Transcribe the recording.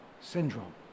syndrome